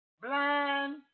blind